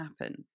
happen